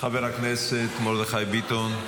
חבר הכנסת מרדכי ביטון.